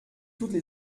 toutes